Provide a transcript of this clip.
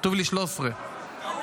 כתוב לי 13. טעות.